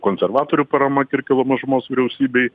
konservatorių parama kirkilo mažumos vyriausybei